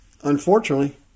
unfortunately